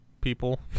people